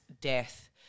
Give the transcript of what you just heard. death